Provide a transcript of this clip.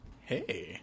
Hey